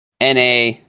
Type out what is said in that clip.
na